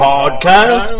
Podcast